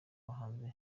bahanzi